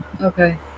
Okay